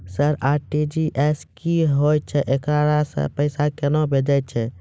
Sir RTGS की होय छै, एकरा से पैसा केना भेजै छै?